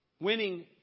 Winning